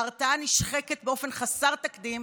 ההרתעה נשחקת באופן חסר תקדים,